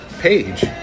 page